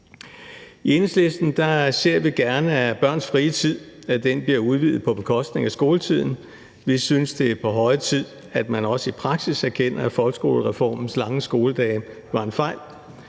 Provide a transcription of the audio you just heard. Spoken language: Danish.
I Enhedslisten ser vi gerne, at børns frie tid bliver udvidet på bekostning af skoletiden. Vi synes, det er på høje tid, at man også i praksis erkender, at folkeskolereformens lange skoledage var en fejl.